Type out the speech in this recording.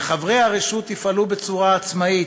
וחברי הרשות יפעלו בצורה עצמאית,